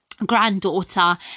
granddaughter